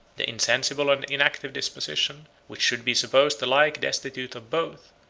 the insensible and inactive disposition, which should be supposed alike destitute of both,